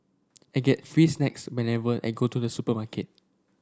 I get free snacks whenever I go to the supermarket